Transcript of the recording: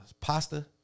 pasta